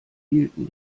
hielten